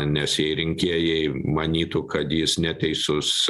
nes jei rinkėjai manytų kad jis neteisus